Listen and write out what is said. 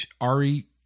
Ari